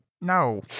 No